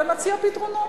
אלא נציע פתרונות.